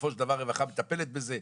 בסופו של דבר הרווחה מטפלת בזה,